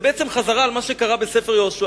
זו בעצם חזרה על מה שקרה בספר יהושע.